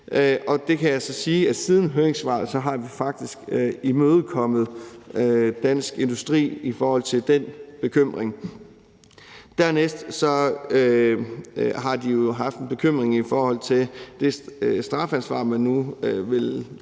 Jeg kan så sige, at vi siden høringssvaret faktisk har imødekommet DI Transport i forhold til den bekymring. Dernæst har de jo haft en bekymring i forhold til det strafansvar, man nu vil kunne